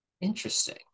Interesting